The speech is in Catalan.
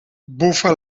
bufa